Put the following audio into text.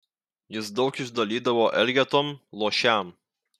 jis daug išdalydavo elgetom luošiam